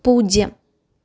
പൂജ്യം